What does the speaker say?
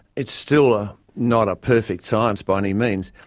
it's still ah not a perfect science by any means,